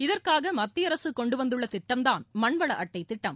இதற்காக மத்திய அரசு கொண்டு வந்துள்ள திட்டம்தான் மண்வள அட்டைத் திட்டம்